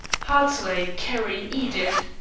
hartley! carrie! edith!